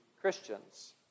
Christians